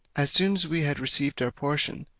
as soon as we had received our portions,